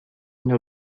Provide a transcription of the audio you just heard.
une